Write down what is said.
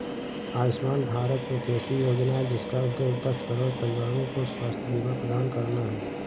आयुष्मान भारत एक ऐसी योजना है जिसका उद्देश्य दस करोड़ परिवारों को स्वास्थ्य बीमा प्रदान करना है